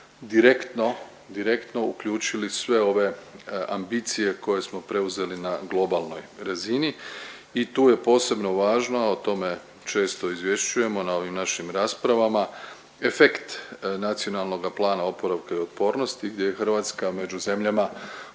direktno uključili sve ove ambicije koje smo preuzeli na globalnoj razini i tu je posebno važno, a o tome često izvješćujemo na ovim našim raspravama, efekt NPOO-a gdje je Hrvatska među zemljama